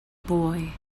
boy